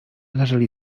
leżeli